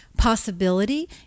possibility